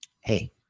hey